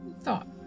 thought